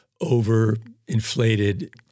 over-inflated